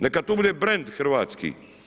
Neka to bude brend hrvatski.